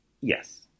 Yes